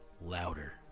louder